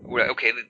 okay